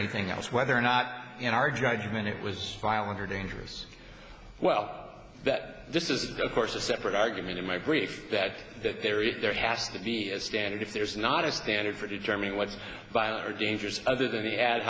anything else whether or not in our judgment it was violent or dangerous well that this is of course a separate argument in my brief that there is there has to be a standard if there is not a standard for determining what's by our dangers other than the ad